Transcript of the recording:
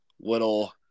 little